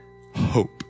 hope